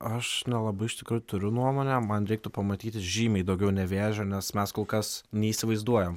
aš nelabai iš tikrųjų turiu nuomonę man reiktų pamatyti žymiai daugiau nevėžio nes mes kol kas neįsivaizduojam